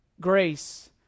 grace